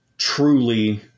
truly